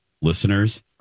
listeners